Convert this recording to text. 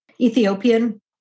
Ethiopian